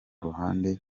ruhande